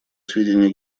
сведения